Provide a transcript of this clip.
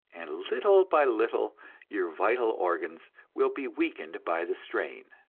and little by little your vital organs will be weakened by the strain.